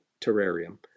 terrarium